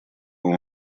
вам